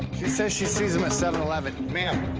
she says she sees him at seven eleven. ma'am,